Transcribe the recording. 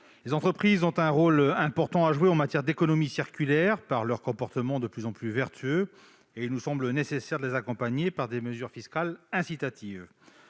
Les entreprises ont un rôle important à jouer en matière d'économie circulaire, car leurs comportements sont de plus en plus vertueux. Il nous semble nécessaire de les accompagner par des mesures fiscales incitatives.